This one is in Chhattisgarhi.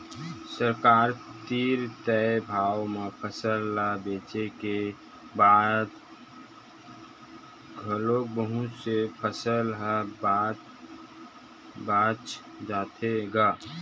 सरकार तीर तय भाव म फसल ल बेचे के बाद घलोक बहुत से फसल ह बाच जाथे गा